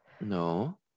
No